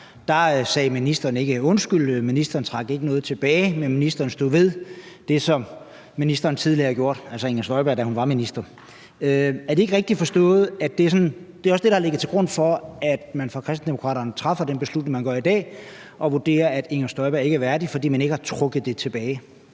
ikke undskyld; den tidligere minister trak ikke noget tilbage. Men fru Inger Støjberg stod ved det, som hun tidligere havde gjort, altså da hun var minister. Er det ikke rigtigt forstået, at det også er det, der har ligget til grund for, at man fra Kristendemokraternes side træffer den beslutning, man træffer i dag, og vurderer, at fru Inger Støjberg ikke er værdig, fordi hun ikke har trukket noget tilbage?